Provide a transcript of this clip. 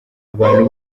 abantu